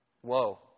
Whoa